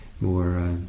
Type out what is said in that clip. more